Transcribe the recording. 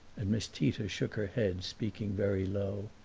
and miss tita shook her head, speaking very low.